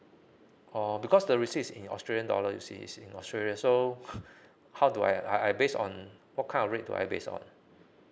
oh because the receipts is in australian dollar you see is in australia so how do I I based on what kind of rate do I based on